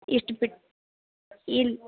ಇಷ್ಟು ಬಿಟ್ಟು ಇಲ್ಲ